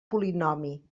polinomi